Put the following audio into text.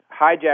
hijack